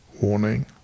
warning